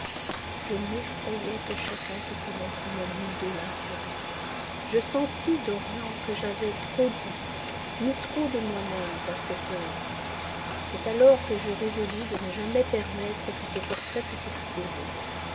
je m'effrayais que chacun pût connaître mon idolâtrie je sentis dorian que j'avais trop dit mis trop de moi-même dans cette œuvre c'est alors que je résolus de ne jamais permettre que ce portrait fût exposé